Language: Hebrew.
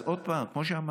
אז עוד פעם, כמו שאמרתי,